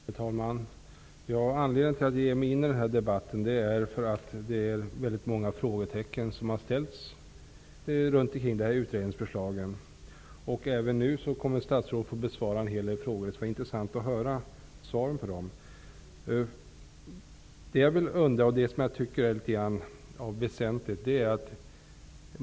Herr talman! Anledningen till att jag ger mig in i den här debatten är att väldigt många frågetecken har rests kring utredningsförslagen. Statsrådet kommer nu att få besvara en hel del frågor, och det skall bli intressant att få höra svaren på dem.